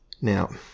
Now